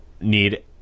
need